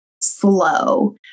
slow